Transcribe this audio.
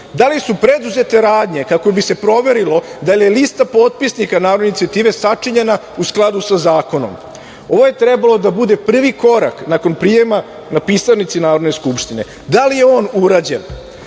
da li su preduzete radnje kako bi se proverilo da li je lista potpisnika narodne inicijative sačinjena u skladu sa zakonom? Ovo je trebalo da bude prvi korak nakon prijema na pisarnici Narodne skupštine. Da li je on urađen?